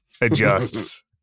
adjusts